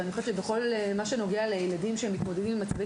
ואני חושבת שבכל מה שנוגע לילדים שמתמודדים במצבי